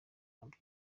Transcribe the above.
nabyo